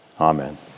amen